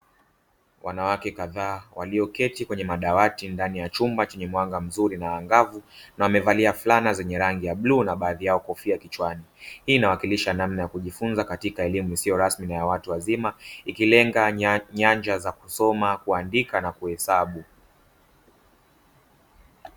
Wanawake kadhaa walioketi kwenye madawati ndani ya chumba chenye mwanga mzuri na angavu na wamevalia fulana zenye rangi ya bluu na baadhi yao kofia kichwani hii inawakilisha namna ya kujifunza katika elimu isiyo rasmi na ya watu wazima, ikilenga nyanja ya kuandika na kuhesabu.